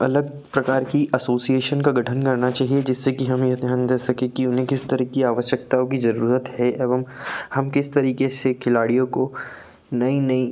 अलग प्रकार की असोसिएशन का गठन करना चाहिए जिससे कि हम यह ध्यान दे सकें कि उन्हें किस तरह की आवश्यकताओं की ज़रूरत है एवं हम किस तरीक़े से खिलाड़ियों को नई नई